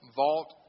vault